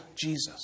Jesus